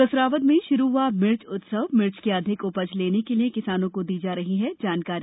कसरावद में शुरू हुआ मिर्च उत्सव मिर्च की अधिक उपज लेने के किसानों को दी जा रही है जानकारी